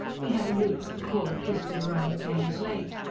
he had a loop of the cord twisted around taine's leg.